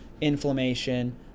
inflammation